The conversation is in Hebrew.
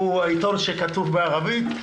הוא עיתון שכתוב בערבית.